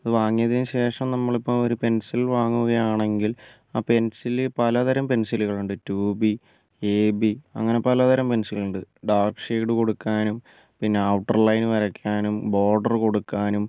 അത് വാങ്ങിയതിന് ശേഷം നമ്മൾ ഇപ്പോൾ ഒരു പെൻസിൽ വാങ്ങുകയാണെങ്കിൽ ആ പെൻസിൽ പലതരം പെൻസിലുകൾ ഉണ്ട് ടു ബി എ ബി അങ്ങനെ പലതരം പെൻസിലുകളുണ്ട് ഡാർക്ക് ഷേഡ് കൊടുക്കാനും പിന്നെ ഔട്ടർ ലൈൻ വരയ്ക്കാനും ബോർഡർ കൊടുക്കാനും